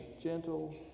gentle